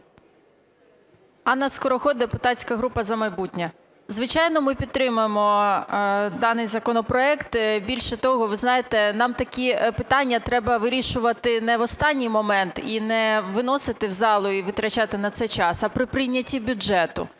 Анна Скороход, депутатська група "За майбутнє". Звичайно, ми підтримуємо даний законопроект. Більше того, ви знаєте, нам такі питання треба вирішувати не в останній момент і не виносити в зал і витрачати на це час, а при прийнятті бюджету.